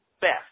best